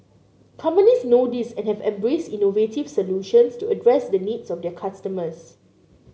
companies know this and have embraced innovative solutions to address the needs of their customers